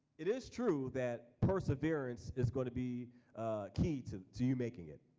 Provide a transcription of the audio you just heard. it is true that perseverance is gonna be key to to you making it.